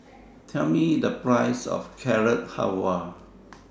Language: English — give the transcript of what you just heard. Tell Me The Price of Carrot Halwa